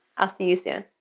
i'll see you soon.